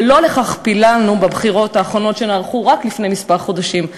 ולא לכך פיללנו בבחירות האחרונות שנערכו רק לפני חודשים מספר.